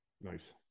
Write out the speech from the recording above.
Nice